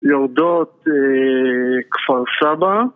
יורדות כפר סבא,